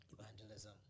evangelism